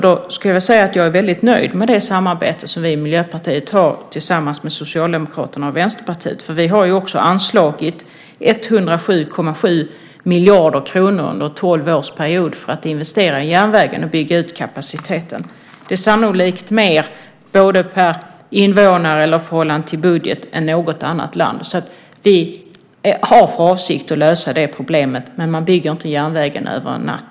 Jag skulle vilja säga att jag är väldigt nöjd med det samarbete som vi i Miljöpartiet har tillsammans med Socialdemokraterna och Vänsterpartiet. Vi har ju också anslagit 107,7 miljarder kronor under en tolvårsperiod för att investera i järnvägen och bygga ut kapaciteten. Det är sannolikt mer, både per invånare och i förhållande till budget, än något annat land. Vi har för avsikt att lösa det problemet, men man bygger inte järnväg över en natt.